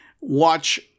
watch